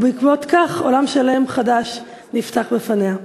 ובעקבות זאת עולם שלם חדש נפתח בפניה.